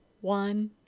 one